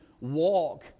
walk